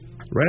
right